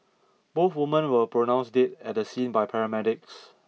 both woman were pronounced dead at the scene by paramedics